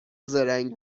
زرنگ